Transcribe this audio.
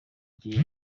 gihe